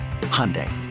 Hyundai